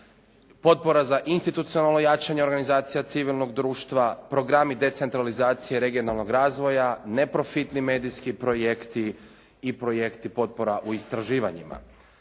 potpora za institucionalno jačanje organizacija civilnog društva, programi decentralizacije regionalnog razvoja, neprofitni medijski projekti i projekti potpora u istraživanjima.